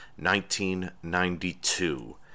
1992